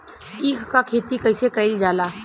ईख क खेती कइसे कइल जाला?